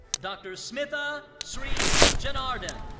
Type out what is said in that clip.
dr. smitha sree janardan.